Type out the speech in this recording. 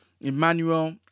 Emmanuel